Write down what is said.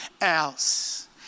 else